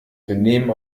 benehmen